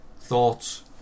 thoughts